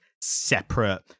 separate